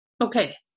okay